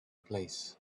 place